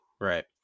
right